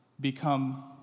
become